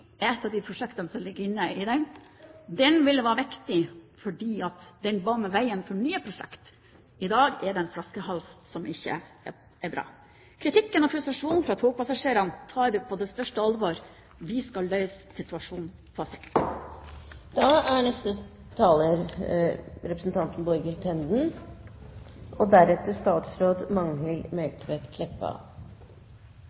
et av de prosjektene som ligger inne i den. Det vil være viktig, fordi det baner veien for nye prosjekter. I dag er den strekningen en flaskehals. Kritikken og frustrasjonen fra togpassasjerene tar vi på det største alvor. Vi skal løse situasjonen på sikt. Først vil jeg takke statsråden for redegjørelsen, og